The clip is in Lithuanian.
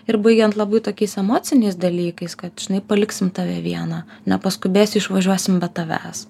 ir baigiant labai tokiais emociniais dalykais kad žinai paliksim tave vieną nepaskubėsi išvažiuosim be tavęs